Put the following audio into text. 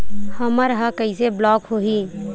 हमर ह कइसे ब्लॉक होही?